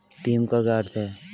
भीम का क्या अर्थ है?